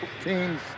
teams